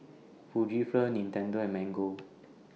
Fujifilm Nintendo and Mango